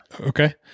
okay